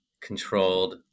controlled